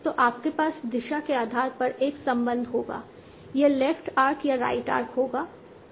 तो आपके पास दिशा के आधार पर एक संबंध होगा यह लेफ्ट आर्क या राइट आर्क होगा